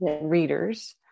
readers